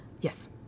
Yes